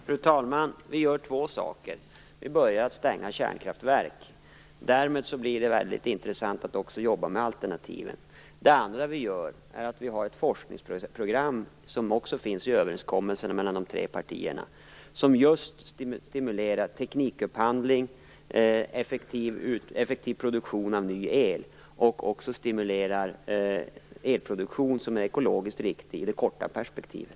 Fru talman! Vi gör två saker. Vi har börjat att stänga kärnkraftverk. Därmed blir det väldigt intressant att arbeta fram alternativ. Det andra vi gör är att vi har ett forskningsprogram som också finns med i överenskommelsen mellan de tre partierna. Detta program stimulerar teknikupphandling, effektiv produktion av ny el och också elproduktion som är ekologiskt riktig i det korta perspektivet.